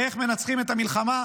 איך מנצחים את המלחמה,